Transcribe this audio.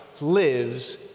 lives